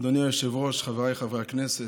אדוני היושב-ראש, חבריי חברי הכנסת,